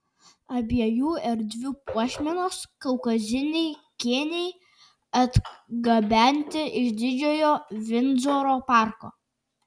abiejų erdvių puošmenos kaukaziniai kėniai atgabenti iš didžiojo vindzoro parko